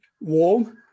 warm